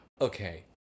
Okay